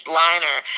liner